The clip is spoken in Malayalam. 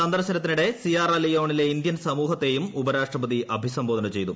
സന്ദർശനത്തിനിടെ സിയാറലിയോണിലെ ഇന്ത്യൻ സമൂഹത്തെയും ഉപരാഷ്ട്രപതി അഭിസംബോധന ചെയ്തു